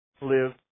live